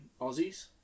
Aussies